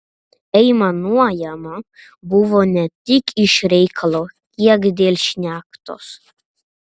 aimanuojama buvo ne tiek iš reikalo kiek dėl šnektos